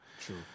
True